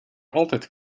altijd